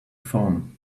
phone